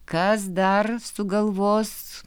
kas dar sugalvos